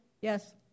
yes